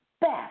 best